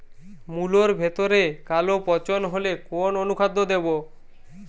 মুলোর ভেতরে কালো পচন হলে কোন অনুখাদ্য দেবো?